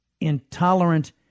intolerant